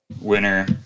winner